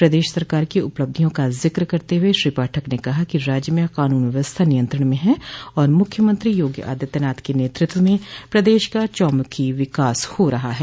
प्रदेश सरकार की उपलब्धियों का जिक्र करते हुए श्री पाठक ने कहा कि राज्य में कानून व्यवस्था नियंत्रण में हैं और मुख्यमंत्री योगी आदित्यनाथ के नेतृत्व में प्रदेश का चौमुखी विकास हो रहा है